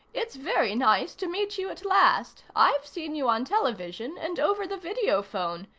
it's very nice to meet you at last. i've seen you on television, and over the video phone.